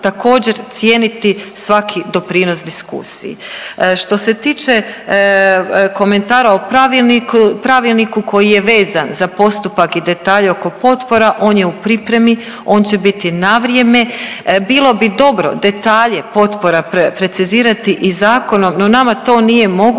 također cijeniti svaki doprinos diskusiji. Što se tiče komentara o pravilniku, pravilniku koji je vezan za postupak i detalje oko potpora, on je u pripremi, on će biti na vrijeme. Bilo bi dobro detalje potpora precizirati i zakonom, no nama to nije moguće